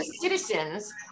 citizens